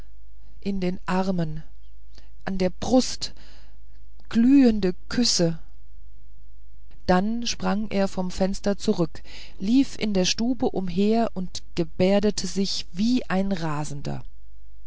in den armen an der brust glühende küsse dann sprang er vom fenster zurück lief in der stube umher und gebärdete sich wie ein rasender